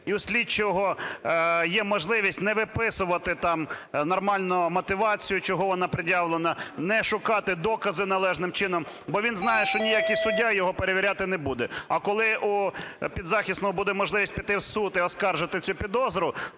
і у слідчого є можливість не виписувати там нормально мотивацію, чого вона пред'явлена, не шукати докази належним чином, бо він знає, що ніякий суддя його перевіряти не буде. А коли у підзахисного буде можливість піти в суд і оскаржити цю підозру,